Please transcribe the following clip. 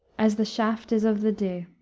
as the shaft is of the dee.